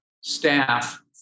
staff